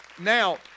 now